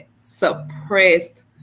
suppressed